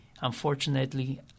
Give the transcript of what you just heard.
Unfortunately